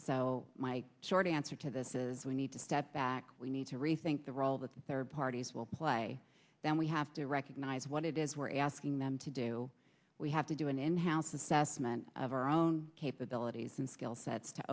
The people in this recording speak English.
so my short answer to this is we need to step back we need to rethink the role of the third parties will play them we have to recognize what it is we're asking them to do we have to do an in house assessment of our own capabilities and skill sets to